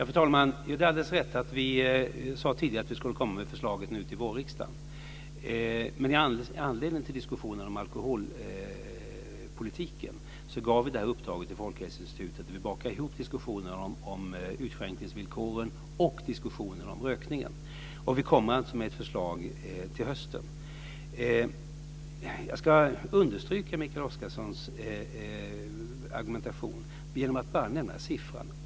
Fru talman! Det är alldeles rätt att vi tidigare sade att vi skulle komma med förslaget nu till vårriksdagen. Men med anledning av diskussionen om alkoholpolitiken gav vi det här uppdraget till Folkhälsoinstitutet där vi bakade ihop diskussionen om utskänkningsvillkoren och diskussionen om rökningen. Vi kommer alltså med ett förslag till hösten. Jag ska understryka Mikael Oscarssons argumentation genom att bara nämna en siffra.